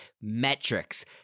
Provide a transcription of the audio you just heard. metrics